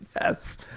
Yes